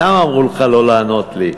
למה אמרו לך לא לענות לי?